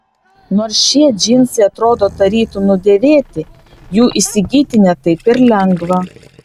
nors šie džinsai atrodo tarytum nudėvėti jų įsigyti ne taip ir lengva